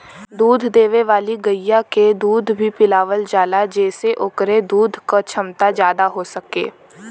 दूध देवे वाली गइया के दूध भी पिलावल जाला जेसे ओकरे दूध क छमता जादा हो सके